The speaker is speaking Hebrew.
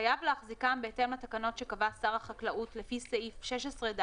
חייב להחזיקם בהתאם לתקנות שקבע שר החקלאות לפי סעיף 16(ד)